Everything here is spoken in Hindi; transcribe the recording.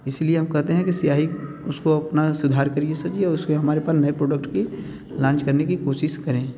इसी लिए हम कहते हैं कि स्याही उसको अपना सुधर करिए सर जी और उसको हमारे पास नए प्रोडक्ट के लांच करने की कोशिश करें